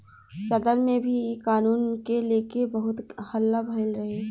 सदन में भी इ कानून के लेके बहुत हल्ला भईल रहे